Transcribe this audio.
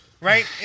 Right